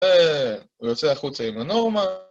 והוא יוצא החוצה עם הנורמה.